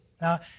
Now